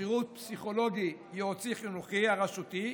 השירות הפסיכולוגי הייעוצי החינוכי הרשותי,